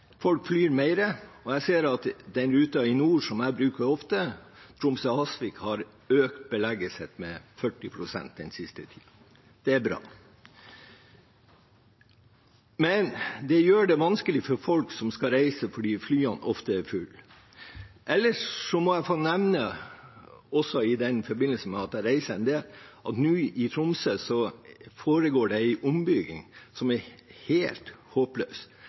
folk flyr mer. Jeg ser at den ruten i nord som jeg bruker ofte, Tromsø–Hasvik, har økt belegget sitt med 40 pst. den siste tiden. Det er bra, men det gjør det vanskelig for folk som skal reise, fordi flyene ofte er fulle. Ellers må jeg også få nevne, i forbindelse med at jeg reiser en del, at det nå foregår en ombygging i Tromsø som er helt håpløs. Det gjør det helt